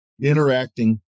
interacting